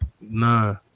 Nah